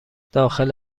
داخل